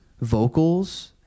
vocals